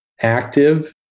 active